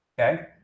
Okay